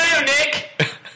Nick